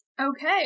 Okay